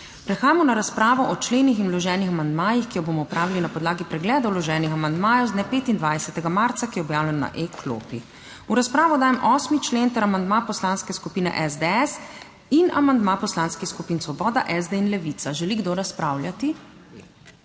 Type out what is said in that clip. Prehajamo na razpravo o členih in vloženih amandmajih, ki jo bomo opravili na podlagi pregleda vloženih amandmajev z dne 25. marca, ki je objavljen na e-klopi. V razpravo dajem 8. člen ter amandma Poslanske skupine SDS in amandma poslanskih skupin Svoboda, SD in Levica. Želi kdo razpravljati?